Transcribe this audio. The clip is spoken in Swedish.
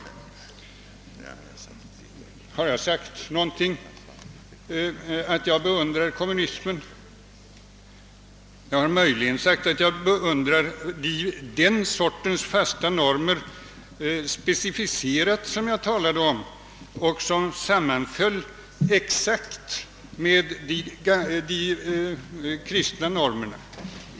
Har jag sagt att jag beundrar kommunismen? Jag har möjligen sagt att jag beundrar den specificerade sorten av fasta normer som sammanfaller exakt med de kristna normerna.